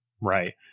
Right